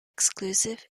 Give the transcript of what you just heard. exclusive